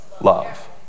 love